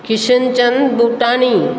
Kishanchand Butani